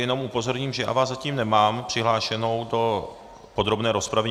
Jenom upozorním, že vás zatím nemám přihlášenou do podrobné rozpravy.